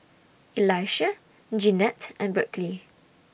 Elisha Jeannette and Berkley